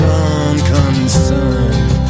unconcerned